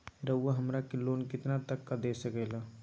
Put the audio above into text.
रउरा हमरा के लोन कितना तक का दे सकेला?